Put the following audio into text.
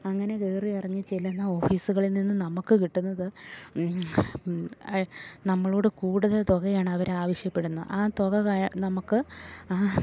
അങ്ങനെ കയറി ഇറങ്ങി ചെല്ലുന്ന ഓഫീസുകളിൽ നിന്ന് നമുക്ക് കിട്ടുന്നത് നമ്മളോട് കൂടുതൽ തുകയാണ് അവരാവശ്യപ്പെടുന്ന ആ തുക നമുക്ക്